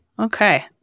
Okay